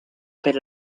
per